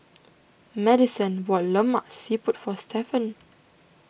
Madyson bought Lemak Siput for Stephon